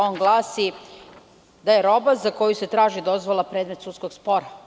On glasi - da je roba za koju se traži dozvola predmet sudskog spora.